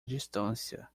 distância